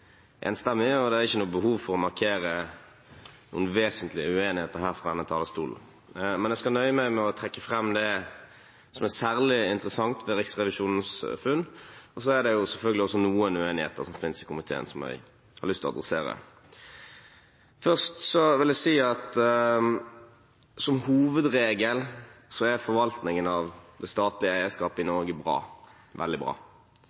enstemmig i saken, og det er ikke noe behov for å markere noen vesentlige uenigheter her fra denne talerstolen. Jeg skal nøye meg med å trekke fram det som er særlig interessant med Riksrevisjonens funn. Så er det også selvfølgelig noen uenigheter som finnes i komiteen, som jeg har lyst til å adressere. Først vil jeg si at som hovedregel er forvaltningen av det statlige eierskapet i Norge bra – veldig bra.